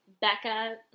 Becca